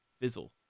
fizzle